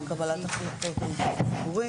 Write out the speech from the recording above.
על קבלת החלטות ---,